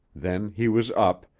then he was up,